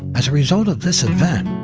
as a result of this event,